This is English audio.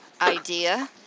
idea